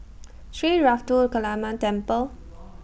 Sri Ruthra Kaliamman Temple